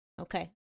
Okay